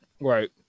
Right